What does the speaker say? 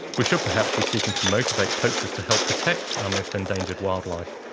we should perhaps be seeking to motivate poachers to help protect our most endangered wildlife,